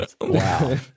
Wow